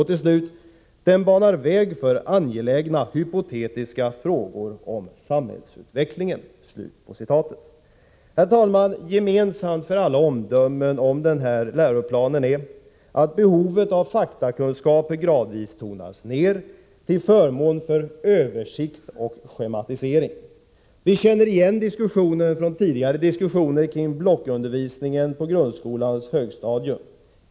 Till slut sägs: Den banar väg för angelägna hypotetiska frågor om samhällsutvecklingen. Herr talman! Gemensamt för alla omdömen om den här läroplanen är att behovet av faktakunskaper gradvis tonas ned till förmån för översikt och schematisering. Vi känner igen resonemanget från tidigare diskussioner kring blockundervisningen på grundskolans högstadium.